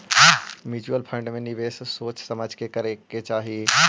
mutual fund में निवेश सोच समझ के करे के चाहि